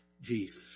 Jesus